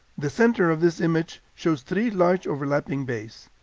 the center of this image shows three large overlapping bays.